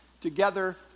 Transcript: together